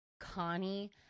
Connie